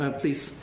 please